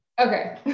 Okay